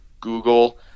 Google